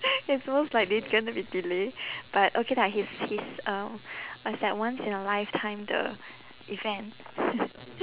it's almost like they gonna be delay but okay lah his his um what's that once in a lifetime the event